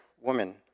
woman